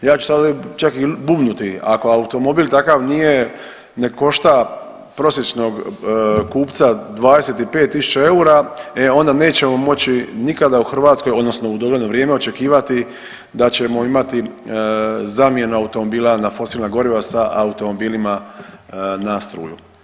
Ja ću ovdje čak i bubnuti ako automobil takav nije ne košta prosječnog kupca 25.000 eura e onda nećemo moći nikada u Hrvatskoj odnosno u dogledno vrijeme očekivati da ćemo imati zamjenu automobila na fosilna goriva sa automobilima na struju.